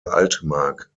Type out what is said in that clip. altmark